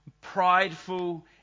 prideful